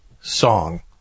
song